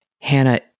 Hannah